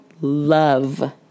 love